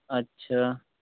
अच्छा